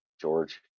George